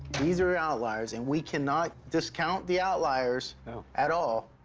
these are outliers, and we cannot discount the outliers at all,